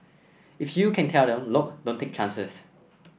if you can tell them look don't take chances